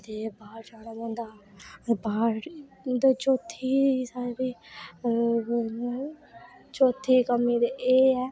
बाहर जाना पौंदा ते बाहर चौथी साढ़ी ओह् चौथी कमी ते एह् ऐ